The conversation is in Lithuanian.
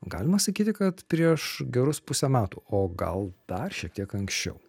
galima sakyti kad prieš gerus pusę metų o gal dar šiek tiek anksčiau